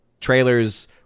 trailer's